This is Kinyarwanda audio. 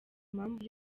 impamvu